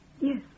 Yes